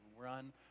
run